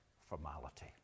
formality